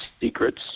secrets